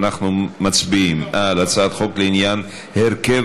אנחנו מצביעים על הצעת חוק לעניין הרכב